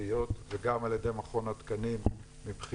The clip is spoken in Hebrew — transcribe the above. הפרטיות וגם על ידי מכון התקנים מבחינתו,